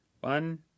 One